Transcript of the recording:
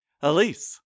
Elise